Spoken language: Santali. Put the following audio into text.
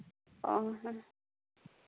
ᱚᱸᱻ ᱦᱮᱸ